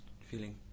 feeling